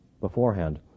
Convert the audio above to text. beforehand